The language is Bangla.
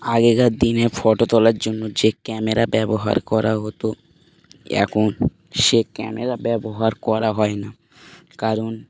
আগেকার দিনে ফটো তোলার জন্য যে ক্যামেরা ব্যবহার করা হতো এখন সে ক্যামেরা ব্যবহার করা হয় না কারণ